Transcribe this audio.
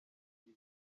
bibi